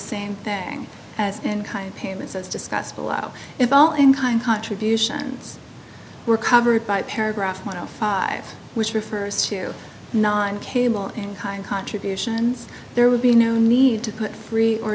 same thing as in kind payments as discussed below it all in kind contributions were covered by paragraph one of five which refers to nine cable in kind contributions there would be no need to put free or